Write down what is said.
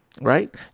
Right